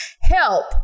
Help